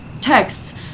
texts